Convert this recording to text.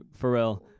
pharrell